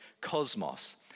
Cosmos